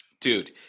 Dude